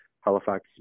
Halifax